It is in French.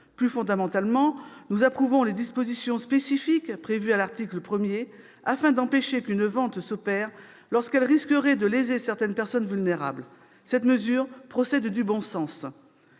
Plus fondamentalement, nous approuvons les dispositions spécifiques prévues à l'article 1, afin d'empêcher qu'une vente ne s'opère lorsqu'elle risquerait de léser certaines personnes vulnérables. Cette mesure procède du bon sens.